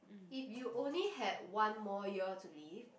if you only had one more year to live